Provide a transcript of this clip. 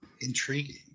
Intriguing